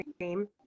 name